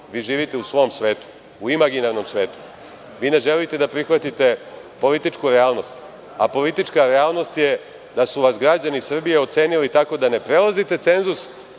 vi živite u svom svetu, u imaginarnom svetu. Ne želite da prihvatite političku realnost, a politička realnost je da su vas građani Srbije ocenili tako da ne prelazite cenzus,